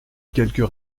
quelques